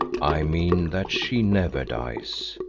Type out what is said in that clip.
i mean that she never dies.